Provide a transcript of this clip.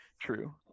True